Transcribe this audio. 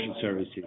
services